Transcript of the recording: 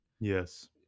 yes